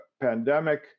pandemic